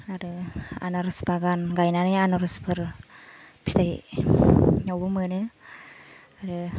आरो आनारस बागान गायनानै आनारसफोर फिथाय आवबो मोनो आरो